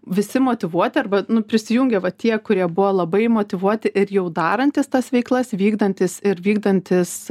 visi motyvuoti arba prisijungė va tie kurie buvo labai motyvuoti ir jau darantys tas veiklas vykdantys ir vykdantys